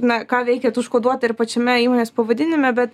na ką veikiat užkoduota ir pačiame įmonės pavadinime bet